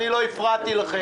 אני לא הפרעתי לכם.